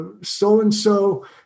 so-and-so